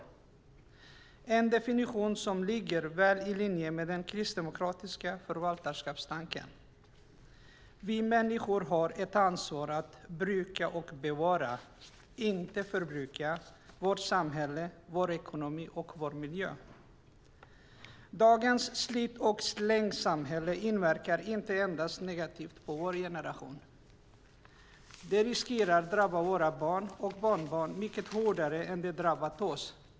Det är en definition som ligger väl i linje med den kristdemokratiska förvaltarskapstanken. Vi människor har ett ansvar att bruka och bevara, inte förbruka, vårt samhälle, vår ekonomi och vår miljö. Dagens slit och slängsamhälle inverkar negativt inte endast på vår generation. Det riskerar att drabba våra barn och barnbarn mycket hårdare än det har drabbat oss.